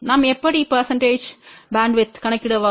நாம் எப்படி பெர்சண்டேஜ் பேண்ட்வித்யை கணக்கிடவா